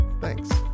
Thanks